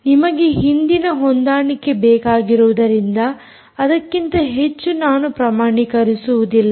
ನಿಮಗೆ ಹಿಂದಿನ ಹೊಂದಾಣಿಕೆ ಬೇಕಾಗಿರುವುದರಿಂದ ಅದಕ್ಕಿಂತ ಹೆಚ್ಚು ನಾನು ಪ್ರಮಾಣೀಕರಿಸುವುದಿಲ್ಲ